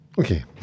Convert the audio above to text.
okay